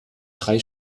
drei